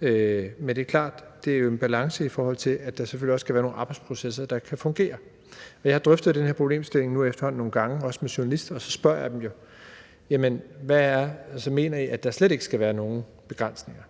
Men det er klart, at det er en balance, i forhold til at der selvfølgelig også skal være nogle arbejdsprocesser, der kan fungere. Jeg har efterhånden drøftet den her problemstilling nogle gange, også med journalister, og så spørger jeg dem: Mener I, at der slet ikke skal være nogen begrænsninger?